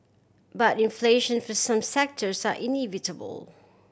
but inflation for some sectors are inevitable